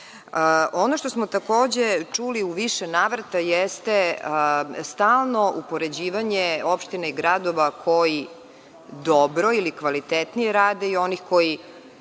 što smo takođe čuli u više navrata jeste stalno upoređivanje opština i gradova koji dobro ili kvalitetnije rade i onih koji